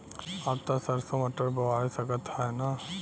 अब त सरसो मटर बोआय सकत ह न?